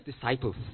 disciples